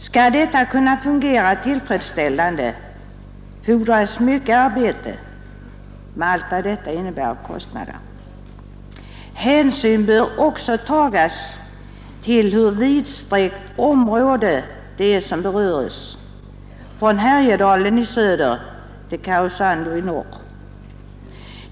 Skall det kunna fungera tillfredsställande fordras mycket arbete, med allt vad detta innebär av kostnader. Hänsyn bör också tagas till hur vidsträckt det område är som beröres — från Härjedalen i söder till Karesuando i norr.